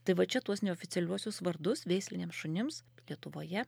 tai va čia tuos neoficialiuosius vardus veisliniams šunims lietuvoje